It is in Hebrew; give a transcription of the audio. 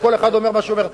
שכל אחד אומר מה שהוא אומר.